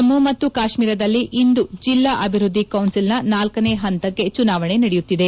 ಜಮ್ಮು ಮತ್ತು ಕಾಶ್ಮೀರದಲ್ಲಿ ಇಂದು ಜಿಲ್ಲಾ ಅಭಿವೃದ್ದಿ ಕೌನ್ಸಿಲ್ ನ ನಾಲ್ಕನೇ ಹಂತಕ್ಕೆಚುನಾವಣೆ ನಡೆಯುತ್ತಿದೆ